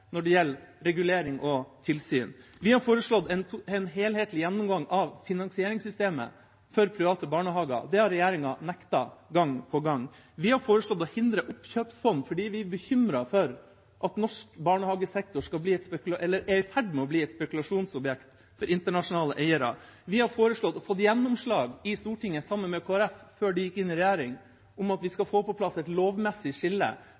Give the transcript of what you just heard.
når det gjelder regulering og tilsyn. Vi har foreslått en helhetlig gjennomgang av finansieringssystemet for private barnehager. Det har regjeringa nektet gang på gang. Vi har foreslått å hindre oppkjøpsfond fordi vi er bekymret for at norsk barnehagesektor er i ferd med å bli et spekulasjonsobjekt for internasjonale eiere. Vi har foreslått, og fått gjennomslag i Stortinget – sammen med Kristelig Folkeparti, før de gikk inn i regjering – for å få på plass et lovmessig skille